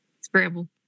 Scramble